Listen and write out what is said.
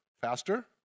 faster